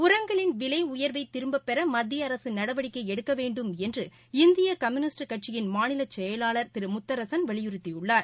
உரங்களின் விலை உயர்வை திரும்பப்பெற மத்திய அரசு நடவடிக்கை எடுக்க வேண்டும் என்று இந்திய கம்யூனிஸ்ட் கட்சியின் மாநில செயலாளர் திரு முத்தரசன் வலியுறுத்தியுள்ளார்